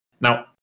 Now